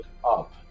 up